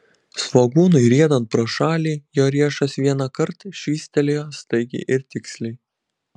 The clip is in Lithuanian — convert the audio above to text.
svogūnui riedant pro šalį jo riešas vienąkart švystelėjo staigiai ir tiksliai